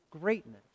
greatness